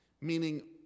meaning